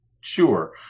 sure